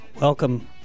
welcome